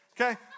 Okay